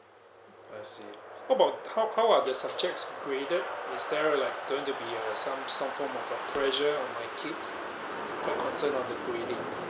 I see what about how how are the subjects graded is there like going to be a some some form of a pressure on my kids quite concern on the grading